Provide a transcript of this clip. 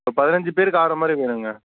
ஒரு பதினைஞ்சி பேருக்கு ஆகிற மாதிரி வேணுங்க